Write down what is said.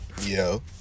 Yo